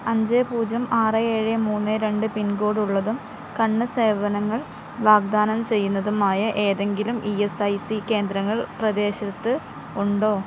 അഞ്ച് പൂജ്യം ആറ് ഏഴ് മൂന്ന് രണ്ട് പിൻകോഡ് ഉള്ളതും കണ്ണ് സേവനങ്ങൾ വാഗ്ദാനം ചെയ്യുന്നതുമായ ഏതെങ്കിലും ഇ എസ് ഐ സി കേന്ദ്രങ്ങൾ പ്രദേശത്ത് ഉണ്ടോ